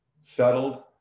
settled